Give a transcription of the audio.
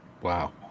Wow